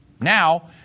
Now